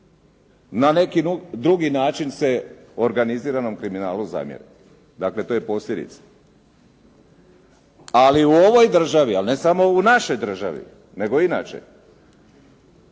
na neki drugi način se organiziranom kriminalu zamjeri, dakle to je posljedica. Ali u ovoj državi, ali ne samo u našoj državi, nego inače